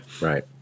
Right